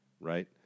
right